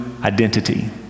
identity